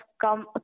come